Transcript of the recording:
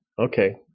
okay